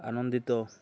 ଆନନ୍ଦିତ